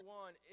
one